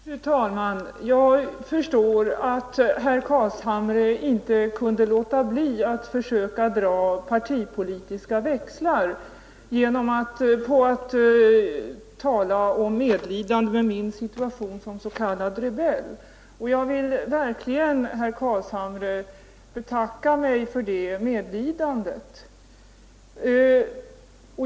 Fru talman! Jag förstår att herr Carlshamre inte kunde låta bli att försöka dra partipolitiska växlar genom att tala om sitt medlidande med min situation som s.k. rebell. Jag vill verkligen, herr Carlshamre, betacka mig för det medlidandet!